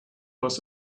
was